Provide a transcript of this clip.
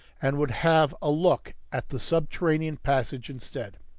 and would have a look at the subterranean passage instead.